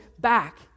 back